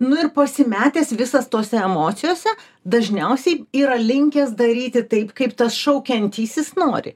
nu ir pasimetęs visas tose emocijose dažniausiai yra linkęs daryti taip kaip tas šaukiantysis nori